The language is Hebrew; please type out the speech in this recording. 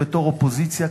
בתור אופוזיציה,